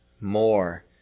more